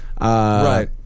Right